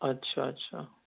اچھا اچھا